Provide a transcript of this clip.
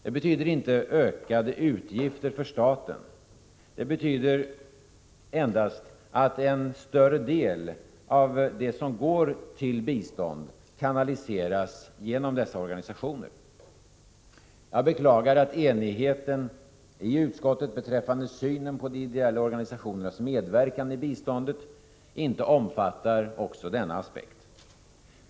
Det betyder inte ökade utgifter för staten, utan endast att en större del av det som går till bistånd kanaliseras genom dessa organisationer. Jag beklagar att enigheten i utskottet beträffande synen på de ideella organisationernas medverkan i biståndet inte omfattar också denna aspekt.